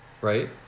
right